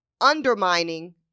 undermining